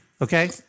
Okay